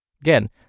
Again